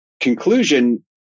conclusion